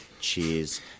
Cheers